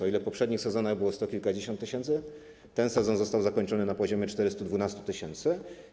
O ile w poprzednich sezonach było sto kilkadziesiąt tysięcy, ten sezon został zakończony na poziomie 412 tys.